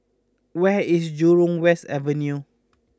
where is Jurong West Avenue